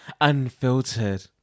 unfiltered